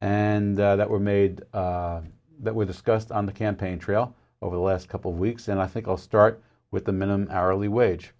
and that were made that were discussed on the campaign trail over the last couple of weeks and i think i'll start with the minimum hourly wage